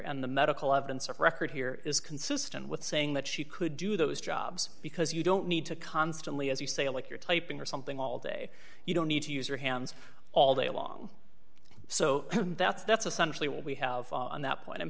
and the medical evidence of record here is consistent with saying that she could do those jobs because you don't need to constantly as you say like you're typing or something all day you don't need to use your hands all day long so that's that's essentially what we have on that point i'm